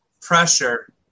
pressure